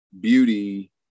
beauty